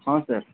ହଁ ସାର୍